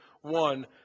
one